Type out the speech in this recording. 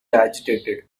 agitated